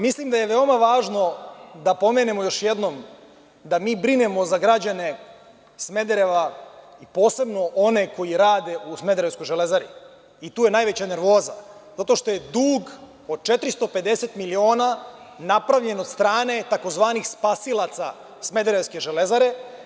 Mislim da je veoma važno da pomenemo još jednom da mi brinemo za građane Smedereva i posebno one koji rade u smederevskoj „Železari“ i tu je najveća nervoza zato što je dug od 450 miliona napravljen od strane tzv. spasilaca smederevske „Železare“